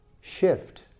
shift